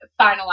finalize